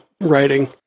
writing